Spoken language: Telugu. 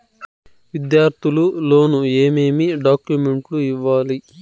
విద్యార్థులు లోను ఏమేమి డాక్యుమెంట్లు ఇవ్వాలి?